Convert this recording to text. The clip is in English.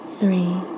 three